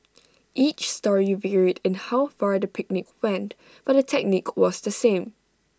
each story varied in how far the picnic went but the technique was the same